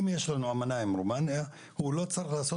אם יש לנו אמנה עם רומניה הוא לא צריך לעשות